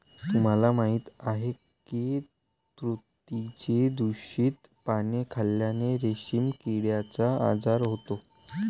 तुम्हाला माहीत आहे का की तुतीची दूषित पाने खाल्ल्याने रेशीम किड्याचा आजार होतो